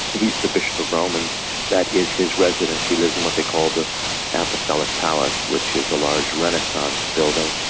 he's the bishop of rome and that is his residence. he lives in what they call the apostolic palace, which is a large renaissance building.